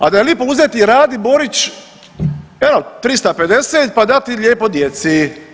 A da je lipo uzeti Radi Borić evo 350 da dati lijepo djeci.